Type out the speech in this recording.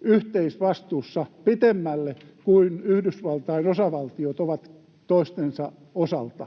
yhteisvastuussa pitemmälle kuin Yhdysvaltain osavaltiot ovat toistensa osalta.